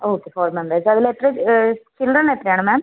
okay four members അതിൽ എത്ര ച് ചിൽഡ്രൻ എത്രയാണ് മാം